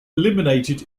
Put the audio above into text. eliminated